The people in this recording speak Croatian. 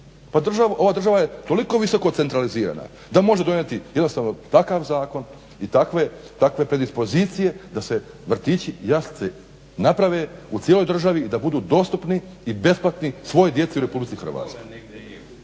Ova država je toliko visoko centralizirana da može donijeti jednostavno takav zakon i takve predispozicije da se vrtići, jaslice naprave u cijeloj državi i da budu dostupni i besplatni svoj djeci u Republici Hrvatskoj.